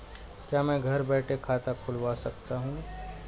क्या मैं घर बैठे खाता खुलवा सकता हूँ?